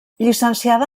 llicenciada